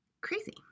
crazy